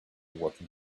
working